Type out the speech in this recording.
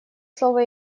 слово